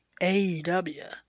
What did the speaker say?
AEW